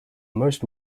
most